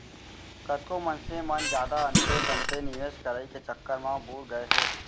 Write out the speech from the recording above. कतको मनसे मन जादा अंते तंते निवेस करई के चक्कर म बुड़ गए हे